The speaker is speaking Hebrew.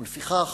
ולפיכך,